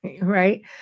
right